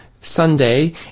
Sunday